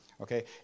Okay